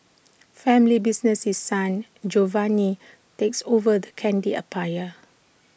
family business His Son Giovanni takes over the candy empire